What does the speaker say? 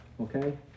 okay